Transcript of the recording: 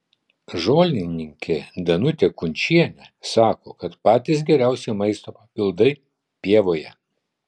žolininkė danutė kunčienė sako kad patys geriausi maisto papildai pievoje